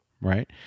right